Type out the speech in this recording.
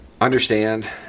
Understand